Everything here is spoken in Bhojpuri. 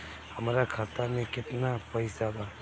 हमरा खाता में केतना पइसा बा?